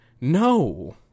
no